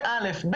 שנית,